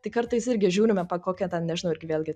tai kartais irgi žiūrime kokia ten nežinau irgi vėlgi